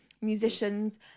musicians